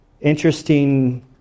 interesting